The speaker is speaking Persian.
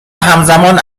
همزمان